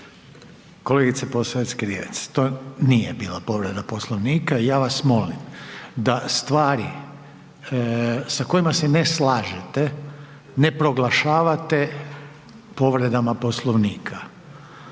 Kolegice Posavec-Krivec, to nije bila povreda Poslovnika i ja vas molim da stvari sa kojima se ne slažete ne proglašavate povredama Poslovnika